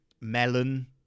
melon